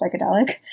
psychedelic